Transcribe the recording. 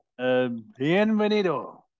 Bienvenido